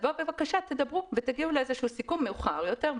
בואו בבקשה תדברו ותגיעו לאיזשהו סיכום מאוחר יותר.